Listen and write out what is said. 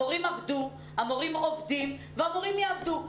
המורים עבדו, המורים עובדים, והמורים יעבדו.